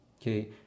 okay